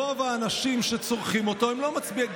רוב האנשים שצורכים אותו הם לא מצביעי,